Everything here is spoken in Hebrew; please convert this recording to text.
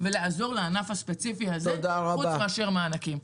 ולעזור לענף הספציפי הזה חוץ מאשר מענקים.